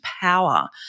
power